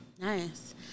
Nice